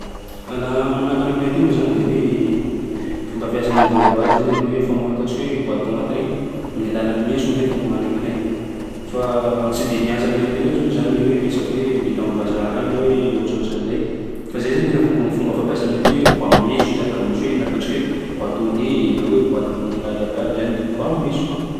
Laha manahaka ny aminay aty moa zany de hoe fomba fiasan'ny ouvert-boîte zany amin'ny hoe famoaha ataontsika hoe boaty tômaty regny, amin'ny alalan'ny meso gny anay famoahanay gn'anay. Fa tsy de miasa aminay aty loatsy moa zany le hoe resaky hoe vitan'ny vazaha regny na hoe ohatrohatran'izay. Fa zay zany tena fo- fom- fomba fampiasa aminay aty hoe vohà meso zany laha vao misy hoe na ataontsika hoe boîte au lait na hoe boatin'ny raha iabiaby zany de vohà am'meso.